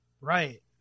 Right